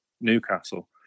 Newcastle